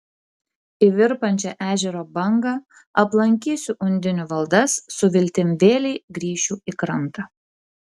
į virpančią ežero bangą aplankysiu undinių valdas su viltim vėlei grįšiu į krantą